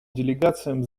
делегациям